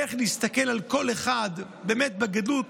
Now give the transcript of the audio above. איך להסתכל על כל אחד באמת בגדלות.